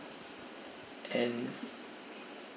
and